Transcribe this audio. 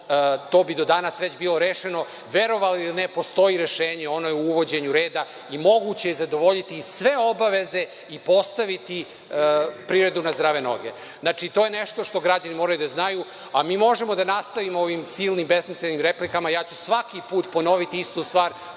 to bi do danas već bilo rešeno. Verovali ili ne, postoji rešenje. Ono je u uvođenju reda i moguće je zadovoljiti sve obaveze i postaviti privredu na zdrave noge. To je nešto što građani moraju da znaju, a mi možemo da nastavimo sa ovim silnim, besmislenim replikama. Ja ću svaki put ponoviti istu stvar,